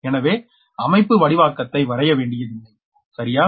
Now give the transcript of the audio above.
எனவே அமைப்புவடிவாக்கத்தை வரைய வேண்டியதில்லை சரியா